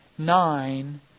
Nine